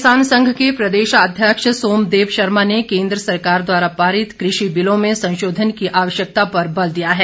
किसान संघ भारतीय किसान संघ के प्रदेशाध्यक्ष सोमदेव शर्मा ने केंद्र सरकार द्वारा पारित कृषि बिलों में संशोधन की आवश्यकता पर बल दिया है